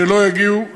שלא יגיעו לביזיון.